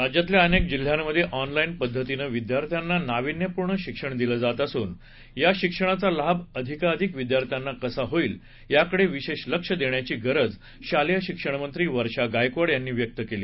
राज्यातल्या अनेक जिल्ह्यांमध्ये ऑनलाईन पद्धतीनं विद्यार्थ्यांना नाविन्यपूर्ण शिक्षण दिलं जात असून या शिक्षणाचा लाभ अधिकाधिक विद्यार्थ्यांना कसा होईल याकडे विशेष लक्ष देण्याची गरज शालेय शिक्षणमंत्री वर्षा गायकवाड यांनी व्यक्त केली